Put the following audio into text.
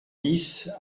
dix